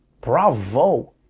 Bravo